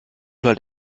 halt